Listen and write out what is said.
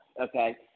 okay